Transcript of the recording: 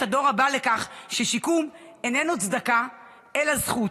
הדור הבא לכך ששיקום איננו צדקה אלא זכות.